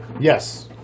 Yes